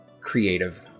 creative